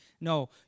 No